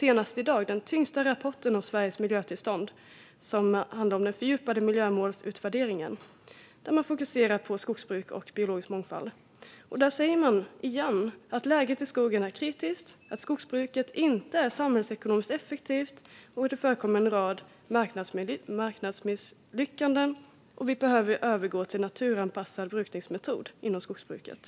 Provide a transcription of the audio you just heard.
Senast i dag kom den tyngsta rapporten hittills om Sveriges miljötillstånd och om en fördjupad miljömålsutvärdering. I den fokuserar man på skogsbruk och biologisk mångfald. Återigen sägs där att läget i skogen är kritiskt, att skogsbruket inte är samhällsekonomiskt effektivt, att det förekommer en rad marknadsmisslyckanden och att man behöver övergå till naturanpassad brukningsmetod inom skogsbruket.